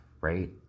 right